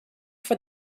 for